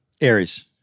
Aries